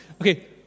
Okay